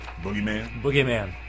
Boogeyman